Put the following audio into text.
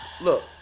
look